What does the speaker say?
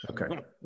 Okay